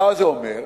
ומה זה אומר?